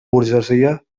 burgesia